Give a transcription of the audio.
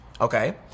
Okay